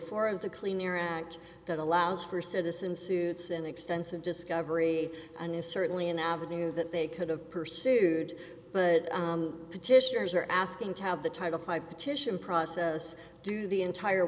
four of the clean air act that allows for citizen suits and extensive discovery and is certainly an avenue that they could have pursued but petitioners are asking to have the title five petition process do the entire